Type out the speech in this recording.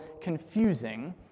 confusing